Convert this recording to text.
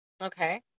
Okay